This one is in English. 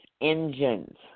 engines